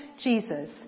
Jesus